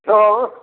हँ